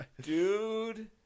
Dude